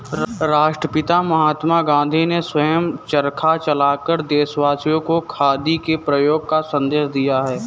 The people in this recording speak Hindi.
राष्ट्रपिता महात्मा गांधी ने स्वयं चरखा चलाकर देशवासियों को खादी के प्रयोग का संदेश दिया